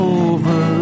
over